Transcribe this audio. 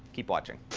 keep watching.